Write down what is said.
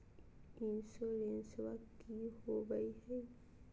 इंसोरेंसबा की होंबई हय?